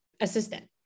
assistant